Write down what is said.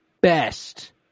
best